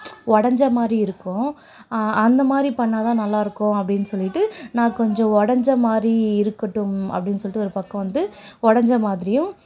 உடஞ்ச மாதிரி இருக்கும் அந்தமாதிரி பண்ணினா தான் நல்லா இருக்கும் அப்படின்னு சொல்லிவிட்டு நான் கொஞ்சம் உடஞ்சமாரி இருக்கட்டும் அப்படின்னு சொல்லிவிட்டு ஒரு பக்கம் வந்து உடஞ்சமாதிரியும்